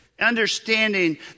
Understanding